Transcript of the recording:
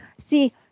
See